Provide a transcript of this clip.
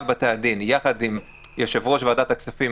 בתי-הדין יחד עם יושב-ראש ועדת הכספים,